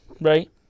Right